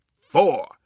four